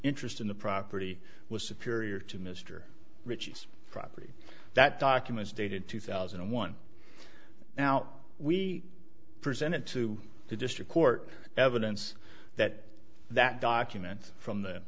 interest in the property was superior to mr rich's property that documents dated two thousand and one now we presented to the district court evidence that that document from the